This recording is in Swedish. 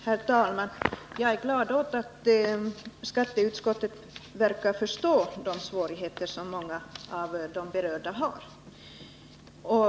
Herr talman! Jag är glad över att skatteutskottets företrädare verkar förstå de svårigheter som många av de berörda i dessa fall har.